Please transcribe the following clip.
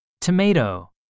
Tomato